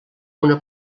una